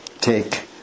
take